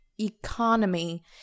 economy